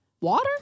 water